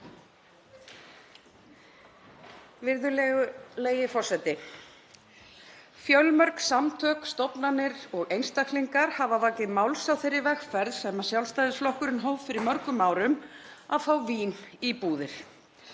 Virðulegur forseti. Fjölmörg samtök, stofnanir og einstaklingar hafa vakið máls á þeirri vegferð sem Sjálfstæðisflokkurinn hóf fyrir mörgum árum; að fá vín í búðir.